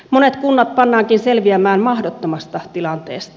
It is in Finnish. monet kunnat pannaankin selviämään mahdottomasta tilanteesta